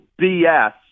BS